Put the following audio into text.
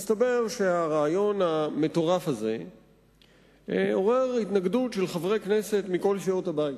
מסתבר שהרעיון המטורף הזה עורר התנגדות של חברי הכנסת מכל סיעות הבית,